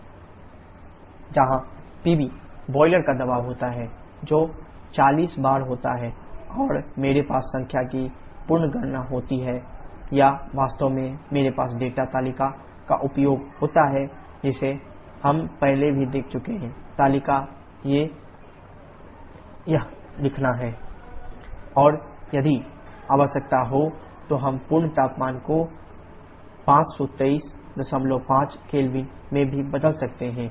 PB जहां PB boiler का दबाव होता है जो 40 बार होता है और मेरे पास संख्या की पूर्व गणना होती है या वास्तव में मेरे पास डेटा तालिका का उपयोग होता है जिसे हम पहले भी देख चुके हैं तालिका से यह लिखना है 25035°𝐶 और यदि आवश्यक हो तो हम पूर्ण तापमान को 5235 K में भी बदल सकते हैं